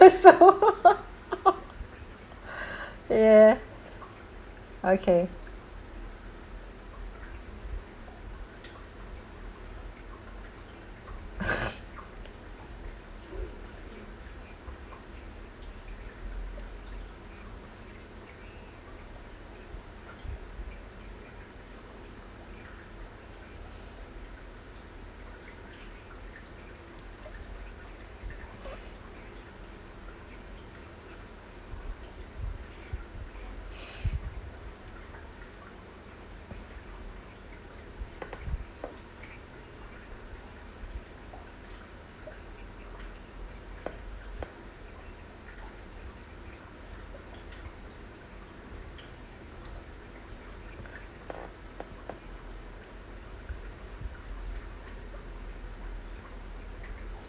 yeah okay